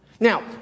Now